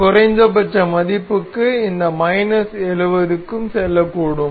இந்த குறைந்தபட்ச மதிப்புக்கு இது மைனஸ் 70 க்கு செல்லக்கூடும்